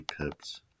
pips